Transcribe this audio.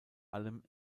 allem